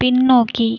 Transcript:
பின்னோக்கி